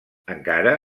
encara